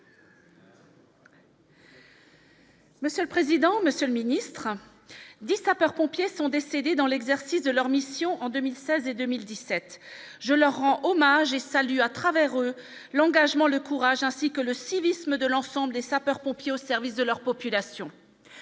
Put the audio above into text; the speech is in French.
Monsieur le président, Monsieur le ministre des sapeurs-pompiers sont décédés dans l'exercice de leur mission en 2016 et 2017 je leur rends hommage et saluer à travers l'engagement, le courage, ainsi que le civisme de l'ensemble des sapeurs pompiers au service de leur population,